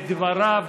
את זה.